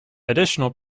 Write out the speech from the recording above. additional